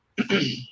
Okay